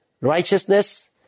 righteousness